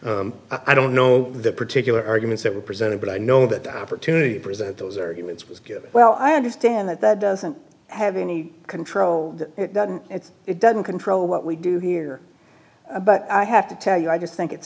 i don't know the particular arguments that were presented but i know that opportunity to present those arguments was good well i understand that that doesn't have any control it doesn't control what we do here but i have to tell you i just think it's